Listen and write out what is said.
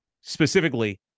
specifically